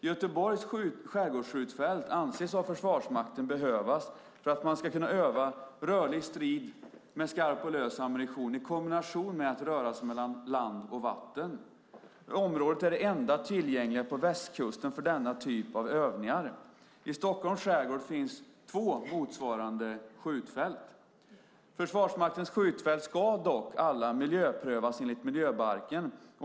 Göteborgs skärgårdsskjutfält anses av Försvarsmakten behövas för att man ska kunna öva rörlig strid med skarp och lös ammunition i kombination med att röra sig mellan land och vatten. Området är det enda tillgängliga på västkusten för denna typ av övningar. I Stockholms skärgård finns två motsvarande skjutfält. Försvarsmaktens skjutfält ska dock alla miljöprövas enligt miljöbalken.